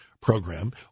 program